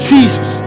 Jesus